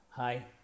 Hi